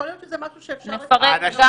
יכול להיות שזה משהו שאפשר --- המוזיאונים